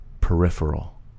Peripheral